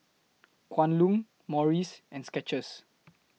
Kwan Loong Morries and Skechers